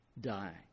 die